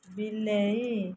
ବିଲେଇ